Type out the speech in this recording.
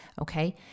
Okay